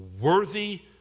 worthy